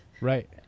right